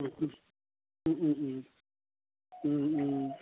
ও ও ও ও ও ও